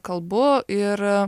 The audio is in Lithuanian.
kalbu ir